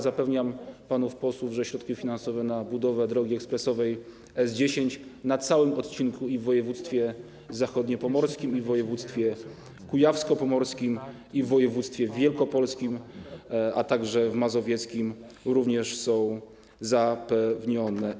Zapewniam panów posłów, że środki finansowe na budowę drogi ekspresowej S10 na całym odcinku, i w województwie zachodniopomorskim, i w województwie kujawsko-pomorskim, i w województwie wielkopolskim, a także w mazowieckim, również są zapewnione.